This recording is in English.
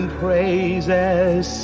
praises